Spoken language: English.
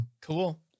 Cool